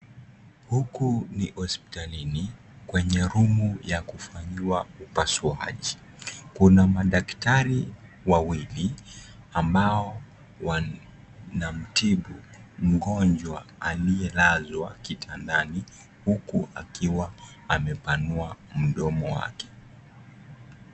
Huku ni ospitalini kwenye rumu ya kufanywa upasuaji. Kuna madaktari wawili ambao wanunamtibu mgonjwa aliyelazwa kitandani huku akiwa amepanua mdomo wake.